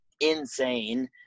insane